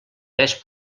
pes